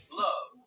love